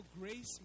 grace